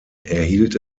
erhielt